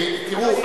תראו,